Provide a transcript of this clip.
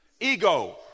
Ego